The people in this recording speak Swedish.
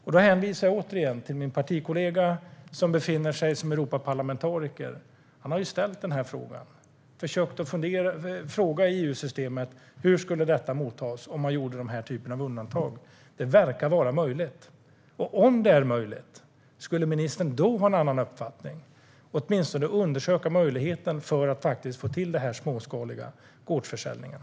Jag hänvisar återigen till min partikollega som är Europaparlamentariker. Han har ställt frågan i EU-systemet: Hur skulle det mottas om man gjorde den här typen av undantag? Det verkar vara möjligt. Om det är möjligt - skulle ministern då ha en annan uppfattning? Skulle han åtminstone kunna undersöka möjligheten att få till den småskaliga gårdsförsäljningen?